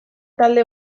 talde